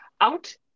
out